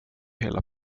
hela